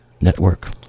Network